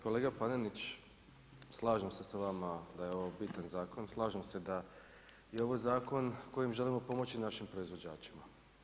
Kolega Panenić, slažem se s vama da je ovaj bitan zakon, slažem se da je ovo zakon kojim želimo pomoći našim proizvođačima.